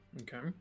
Okay